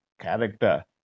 character